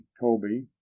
toby